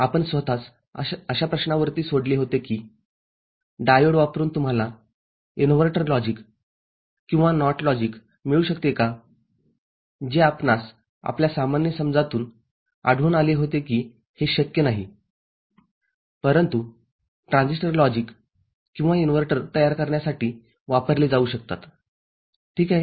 आपण स्वतःस अशा प्रश्नावरती सोडले होते की डायोड वापरुन तुम्हाला इनव्हर्टर लॉजिक किंवा नॉट लॉजिक मिळू शकते का जे आपणास आपल्या सामान्य समजातून आढळून आले होते कि हे शक्य नाहीपरंतु ट्रान्झिस्टर NOT लॉजिक किंवा इन्व्हर्टर तयार करण्यासाठी वापरले जाऊ शकतात ठीक आहे